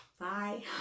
bye